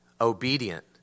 obedient